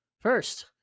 First